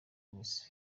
misi